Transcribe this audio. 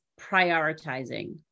prioritizing